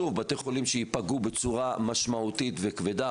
שוב בתי חולים שייפגעו בצורה משמעותית וכבדה,